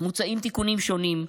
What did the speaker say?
מוצעים תיקונים שונים,